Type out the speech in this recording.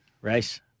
race